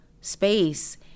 space